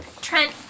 Trent